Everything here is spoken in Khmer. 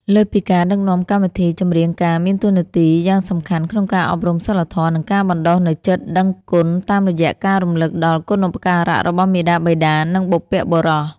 លើសពីការដឹកនាំកម្មវិធី ចម្រៀងការមានតួនាទីយ៉ាងសំខាន់ក្នុងការអប់រំសីលធម៌ និងការបណ្តុះនូវចិត្តដឹងគុណតាមរយៈការរំលឹកដល់គុណូបការៈរបស់មាតាបិតា និងបុព្វបុរស។